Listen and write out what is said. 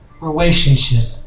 relationship